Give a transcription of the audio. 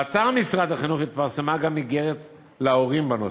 באתר משרד החינוך התפרסמה גם איגרת להורים בנושא.